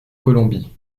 colombie